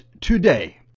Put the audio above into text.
today